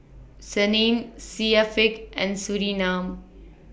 Senin Syafiq and Surinam